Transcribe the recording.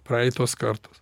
praeitos kartos